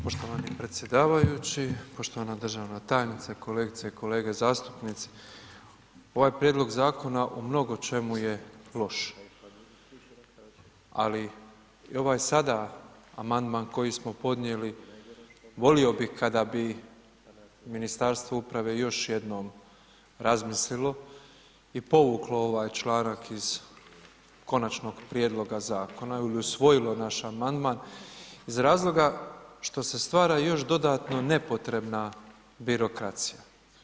Poštovani predsjedavajući, poštovana državna tajnice, kolegice i kolege zastupnici, ovaj prijedlog zakona u mnogo čemu je loš, ali i ovaj sada amandman koji smo podnijeli volio bih kada bi Ministarstvo uprave još jednom razmislilo i povuklo ovaj članak iz konačnog prijedloga zakona i usvojili naš amandman iz razloga što se stvara još dodatno nepotrebna birokracija.